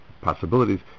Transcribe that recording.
possibilities